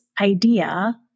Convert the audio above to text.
idea